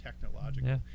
technological